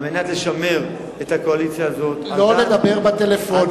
על מנת לשמר את הקואליציה הזאת, לא לדבר בטלפונים.